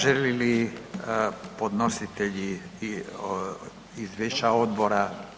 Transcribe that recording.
Žele li podnositelji izvješća odbora?